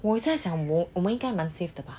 我在想我们应该蛮 safe 的 bah